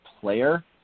player